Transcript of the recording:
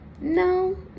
No